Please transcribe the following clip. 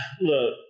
Look